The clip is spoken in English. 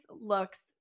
looks